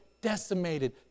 decimated